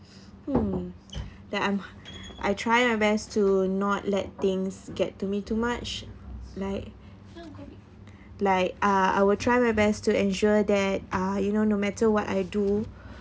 hmm that I'm I try my best to not let things get to me too much like like uh I will try my best to ensure that uh you know no matter what I do